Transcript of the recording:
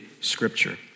Scripture